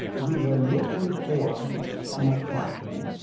we were looking for an apartment.